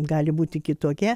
gali būti kitokia